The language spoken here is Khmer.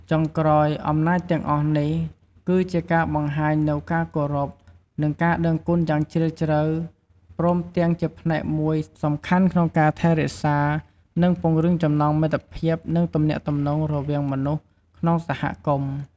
ចុងក្រោយ អំណោយទាំងអស់នេះ គឺជាការបង្ហាញនូវការគោរព និងការដឹងគុណយ៉ាងជ្រាលជ្រៅ ព្រមទាំងជាផ្នែកមួយសំខាន់ក្នុងការថែរក្សា និងពង្រឹងចំណងមិត្តភាព និងទំនាក់ទំនងរវាងមនុស្សក្នុងសហគមន៍។